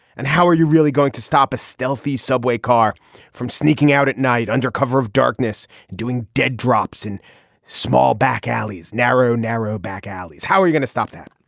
and how are you really going to stop a stealthy subway car from sneaking out at night under cover of darkness doing dead drops in small back alleys narrow narrow back alleys. how are you gonna stop that.